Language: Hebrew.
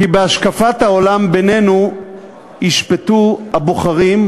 כי בהשקפת העולם, ישפטו בינינו